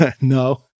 No